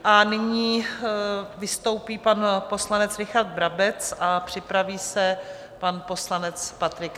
A nyní vystoupí pan poslanec Richard Brabec a připraví se pan poslanec Patrik Nacher.